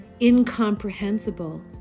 incomprehensible